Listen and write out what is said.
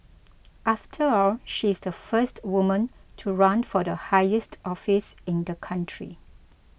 after all she's the first woman to run for the highest office in the country